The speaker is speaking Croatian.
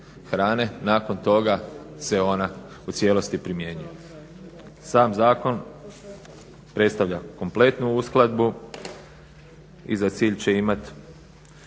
nakon toga se ona u cijelosti primjenjuje. Sam zakon predstavlja kompletnu uskladbu i za cilj će imati